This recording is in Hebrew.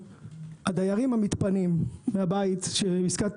הדיירים המתפנים מהבית בעסקת פינוי-בינוי,